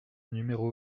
numéro